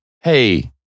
Hey